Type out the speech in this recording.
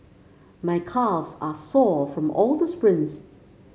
my calves are sore from all the sprints